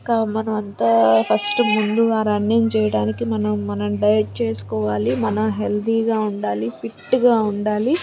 మనం అంతా ఫస్ట్ ముందుగా రన్నింగ్ చేయడానికి మనం మనం డైట్ చేసుకోవాలి మన హెల్తీగా ఉండాలి ఫిట్గా ఉండాలి